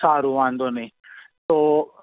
સારું વાંધો નહીં તો